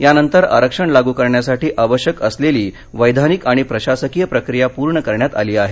यानंतर आरक्षण लागू करण्यासाठी आवश्यक असलेली वैधानिक आणि प्रशासकीय प्रक्रिया पूर्ण करण्यात आली आहे